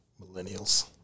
millennials